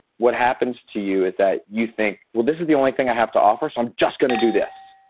what happens to you is that you think, well, this is the only thing i have to offer, so i'm just going to do this.